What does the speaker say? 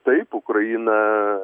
taip ukraina